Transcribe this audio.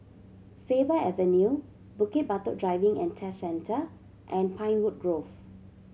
Faber Avenue Bukit Batok Driving and Test Centre and Pinewood Grove